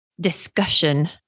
discussion